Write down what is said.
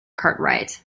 cartwright